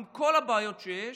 עם כל הבעיות שיש,